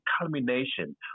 culmination